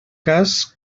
cas